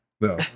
No